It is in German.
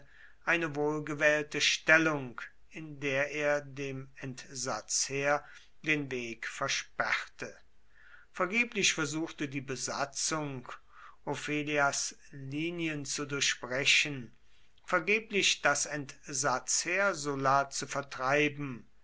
eine wohlgewählte stellung in der er dem entsatzheer den weg sperrte vergeblich versuchte die besatzung ofelias linien zu durchbrechen vergeblich das entsatzherr sulla zu vertreiben